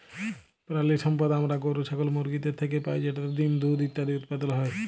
পেরালিসম্পদ আমরা গরু, ছাগল, মুরগিদের থ্যাইকে পাই যেটতে ডিম, দুহুদ ইত্যাদি উৎপাদল হ্যয়